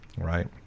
right